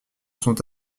sont